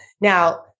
now